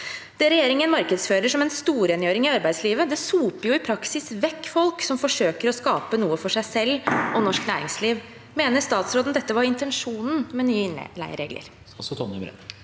Det regjeringen markedsfører som en storrengjøring i arbeidslivet, soper i praksis vekk folk som forsøker å skape noe for seg selv og norsk næringsliv. Mener statsråden at dette var intensjonen med nye innleieregler?